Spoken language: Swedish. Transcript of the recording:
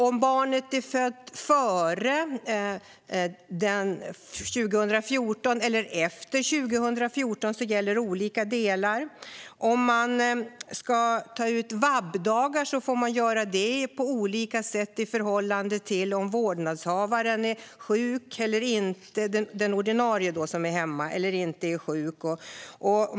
Om barnet är fött före eller efter 2014 gäller olika delar. Om man ska ta ut vab-dagar måste man göra det på olika sätt beroende på om den ordinarie vårdnadshavaren som är hemma är sjuk eller inte.